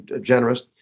generous